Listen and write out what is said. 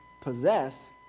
possess